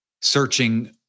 searching